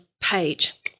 page